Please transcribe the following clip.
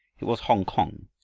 it was hongkong,